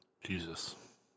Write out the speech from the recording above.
Jesus